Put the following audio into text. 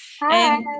hi